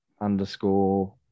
underscore